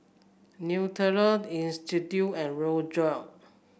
Nutella Istudio and Rejoice